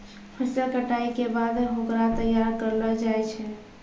फसल कटाई के बाद होकरा तैयार करलो जाय छै